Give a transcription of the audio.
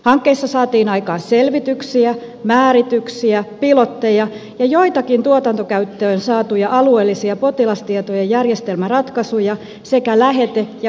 hankkeissa saatiin aikaan selvityksiä määrityksiä pilotteja ja joitakin tuotantokäyttöön saatuja alueellisia potilastietoja järjestelmäratkaisuja sekä lähete ja hoitopalauteratkaisuja